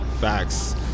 Facts